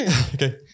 Okay